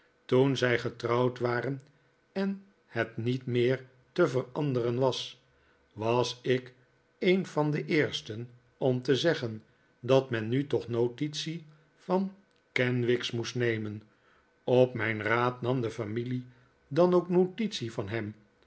toen zij getrouwd waren en het niet meer te veranderen was was ik een van de eersten om te zeggen dat mn nu toch notitie van kenwigs moest nemen op mijn raad nam de familie dan ook notitie van hem